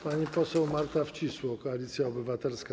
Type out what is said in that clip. Pani poseł Marta Wcisło, Koalicja Obywatelska.